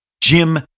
Jim